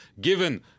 given